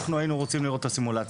אנחנו היינו רוצים לראות הסימולציה.